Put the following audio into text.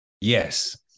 yes